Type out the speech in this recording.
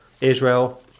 Israel